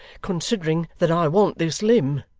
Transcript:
considering that i want this limb